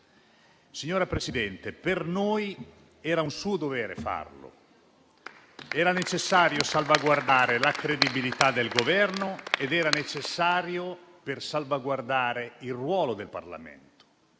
Signora Presidente, per noi era un suo dovere farlo; era necessario salvaguardare la credibilità del Governo ed era necessario per salvaguardare il ruolo del Parlamento.